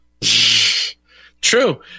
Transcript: True